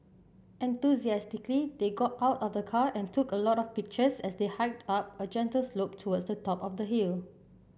enthusiastically they got out of the car and took a lot of pictures as they hiked up a gentle slope towards the top of the hill